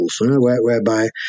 whereby